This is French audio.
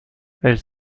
elles